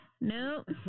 nope